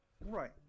Right